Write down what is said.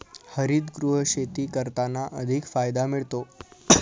हरितगृह शेती करताना अधिक फायदा मिळतो